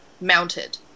mounted